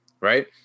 Right